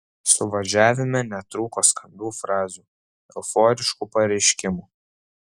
suvažiavime netrūko skambių frazių euforiškų pareiškimų